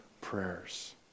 prayers